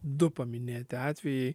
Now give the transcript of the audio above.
du paminėti atvejai